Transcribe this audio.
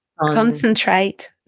concentrate